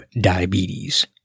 diabetes